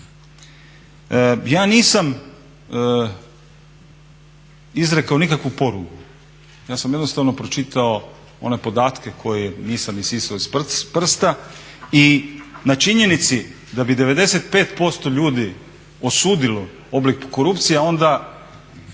Ja nisam izrekao nikakvu porugu ja sam jednostavno pročitao one podatke koje nisam isisao iz prsta i na činjenici da bi 95% ljudi osudilo oblik korupcije a onda